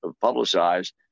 publicized